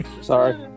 Sorry